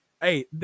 Hey